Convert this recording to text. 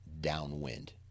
downwind